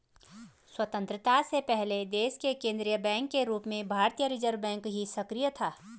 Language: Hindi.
स्वतन्त्रता से पहले देश के केन्द्रीय बैंक के रूप में भारतीय रिज़र्व बैंक ही सक्रिय था